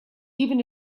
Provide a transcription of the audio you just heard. even